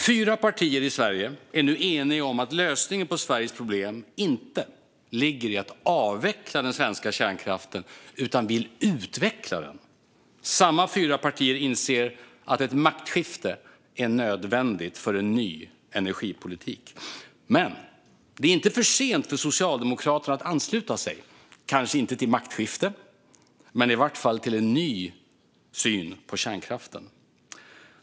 Fyra partier i Sverige är nu eniga om att lösningen på Sveriges problem inte ligger i att avveckla den svenska kärnkraften, utan de vill utveckla den. Samma fyra partier inser att ett maktskifte är nödvändigt för att få en ny energipolitik. Men det är inte för sent för socialdemokrater att ansluta sig. Kanske vill man inte ansluta sig till ett maktskifte men i varje fall till en ny syn på kärnkraften.